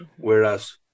whereas